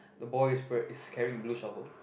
the boy is wea~ is carrying a blue shovel